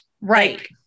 Right